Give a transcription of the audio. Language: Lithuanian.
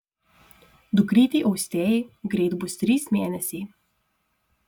dukrytei austėjai greit bus trys mėnesiai